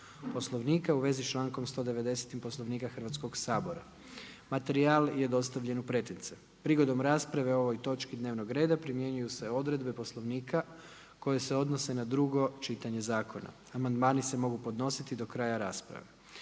Poslovnika u vezi članka 190. Poslovnika Hrvatskog sabora. Materijal je dostavljen u pretince. Prigodom rasprave o ovoj točki dnevnog reda primjenjuje se odredba Poslovnika koji se odnosi na drugo čitanje zakona, amandmani se mogu podnositi do kraja rasprave.